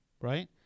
right